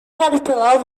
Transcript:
caterpillar